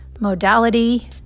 modality